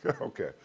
Okay